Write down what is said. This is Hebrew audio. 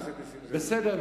בסדר.